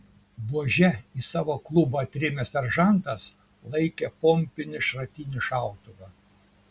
buože į savo klubą atrėmęs seržantas laikė pompinį šratinį šautuvą